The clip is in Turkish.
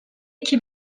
iki